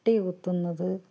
ചുട്ടി കുത്തുന്നത്